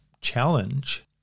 challenge